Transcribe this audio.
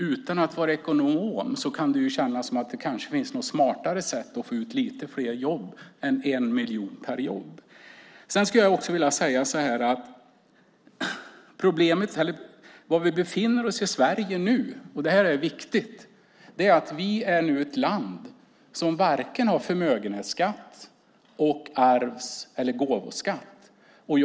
Utan att vara ekonom kan man ju känna att det kanske finns något smartare sätt att få ut lite fler jobb så att det inte kostar 1 miljon per jobb. Sverige är nu ett land som varken har förmögenhetsskatt, arvs eller gåvoskatt. Det är viktigt.